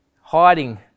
hiding